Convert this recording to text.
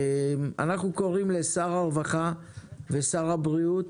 אנחנו קוראים לשר הרווחה, ושר הבריאות,